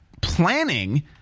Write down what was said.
planning